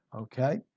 Okay